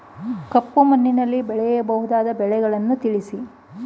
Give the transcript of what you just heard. ಕಪ್ಪು ಮಣ್ಣಿನಲ್ಲಿ ಬೆಳೆಯಬಹುದಾದ ಬೆಳೆಗಳನ್ನು ತಿಳಿಸಿ?